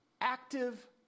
active